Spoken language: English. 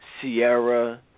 Sierra